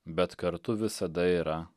bet kartu visada yra